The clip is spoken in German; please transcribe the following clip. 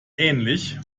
ähnlich